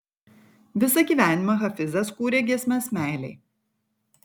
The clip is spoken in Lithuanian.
visą gyvenimą hafizas kūrė giesmes meilei